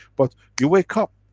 but you wake up.